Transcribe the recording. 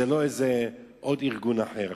זה לא איזה עוד ארגון אחר.